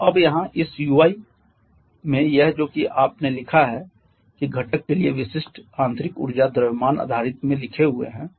तो अब यहाँ इस ui मैं यह जो कि आप ने लिखा है कि घटक के लिए एक विशिष्ट आंतरिक ऊर्जा द्रव्यमान आधारित में लिखे हुए हैं